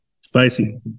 Spicy